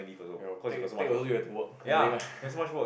no take take also you had to work as in